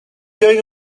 going